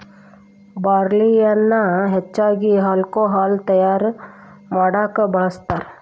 ಬಾರ್ಲಿಯನ್ನಾ ಹೆಚ್ಚಾಗಿ ಹಾಲ್ಕೊಹಾಲ್ ತಯಾರಾ ಮಾಡಾಕ ಬಳ್ಸತಾರ